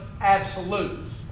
absolutes